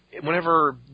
whenever